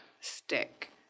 stick